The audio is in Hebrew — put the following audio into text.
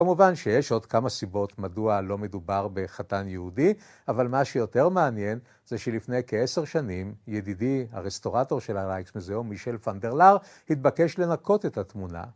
כמובן שיש עוד כמה סיבות מדוע לא מדובר בחתן יהודי, אבל מה שיותר מעניין זה שלפני כעשר שנים, ידידי הרסטורטור של הלייקס מוזיאום, מישל פנדרלר, התבקש לנקות את התמונה.